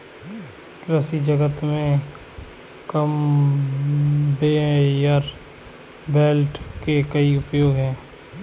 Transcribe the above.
कृषि जगत में कन्वेयर बेल्ट के कई उपयोग हैं